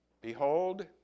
Behold